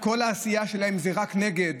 כל העשייה שלהם זה רק נגד,